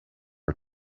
are